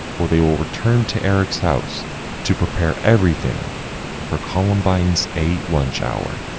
where they will return to eric's house to prepare everything for columbine's a lunch hour,